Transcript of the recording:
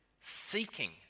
seeking